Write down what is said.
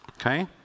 okay